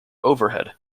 overhead